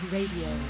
Radio